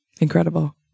Incredible